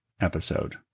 episode